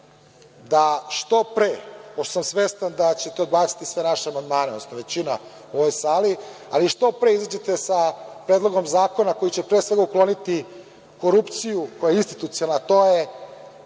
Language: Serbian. da što pre, pošto sam svestan da ćete odbaciti sve naše amandmane, odnosno većina u ovoj sali, ali da što pre izađete sa predlogom zakona koji će pre svega ukloniti korupciju koja je institucionalna, a to je